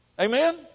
Amen